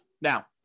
Now